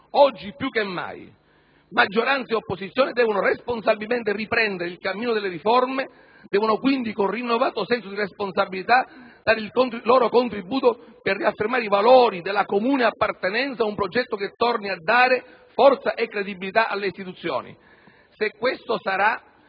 Oggi più che mai maggioranza ed opposizione devono responsabilmente riprendere insieme il cammino delle riforme. Devono quindi, con rinnovato senso di responsabilità, dare il loro contributo per riaffermare i valori della comune appartenenza ad un progetto che torni a dare forza e credibilità alle istituzioni.